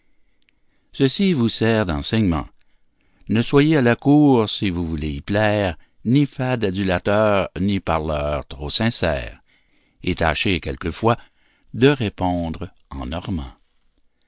ceci vous sert d'enseignement ne soyez à la cour si vous voulez y plaire ni fade adulateur ni parleur trop sincère et tâchez quelquefois de répondre en normand